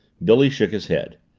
billy shook his head.